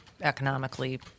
economically